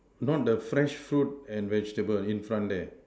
not the fresh fruit and vegetable in front there